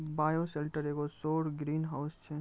bioshelter एगो सौर greenhouse छै